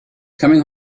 coming